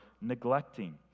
neglecting